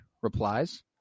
replies